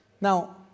Now